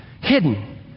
hidden